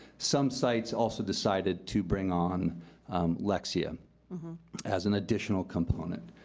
some sites also decided to bring on lexia as an additional component.